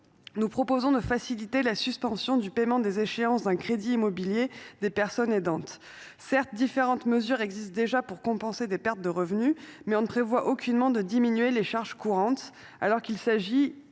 nous proposons de faciliter la suspension du paiement des échéances d’un crédit immobilier des personnes aidantes. Certes, différentes mesures existent déjà pour compenser des pertes de revenus, mais il n’est aucunement prévu de diminuer les charges courantes, alors qu’il s’agit d’un